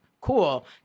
cool